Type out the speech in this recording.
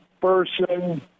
person